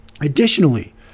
Additionally